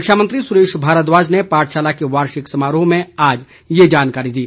शिक्षा मंत्री सुरेश भारद्वाज ने पाठशाला के वार्षिक समारोह में आज यह जानकारी दी